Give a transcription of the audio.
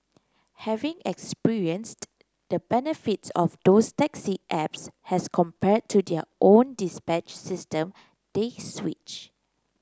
having experienced the benefits of those taxi apps as compared to their own dispatch system they switch